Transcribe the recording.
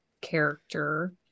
character